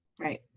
Right